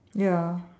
ya